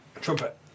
Trumpet